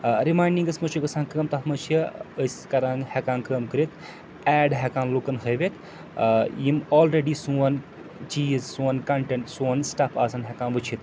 ٲں رِمایڈِنٛگَس منٛز چھِ گژھان کٲم تَتھ منٛز چھِ أسۍ کَران ہیٚکان کٲم کٔرِتھ ایڈ ہیٚکان لوٗکَن ہٲوِتھ ٲں یِم آلریٚڈی سون چیٖز سون کۄنٹیٚنٹ سون سٹَف آسان ہیٚکان وُچھِتھ